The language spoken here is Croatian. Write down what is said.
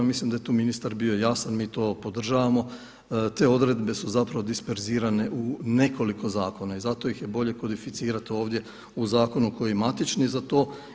Mislim da je tu ministar bio jasan, mi to podržavamo, te odrede su disperzirane u nekoliko zakona i zato ih je bolje kodificirati ovdje u zakonu koji je matični za to.